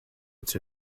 its